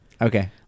Okay